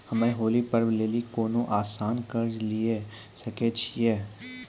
हम्मय होली पर्व लेली कोनो आसान कर्ज लिये सकय छियै?